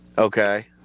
Okay